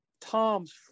Tom's